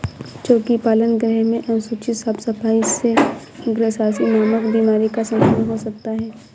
चोकी पालन गृह में अनुचित साफ सफाई से ग्रॉसरी नामक बीमारी का संक्रमण हो सकता है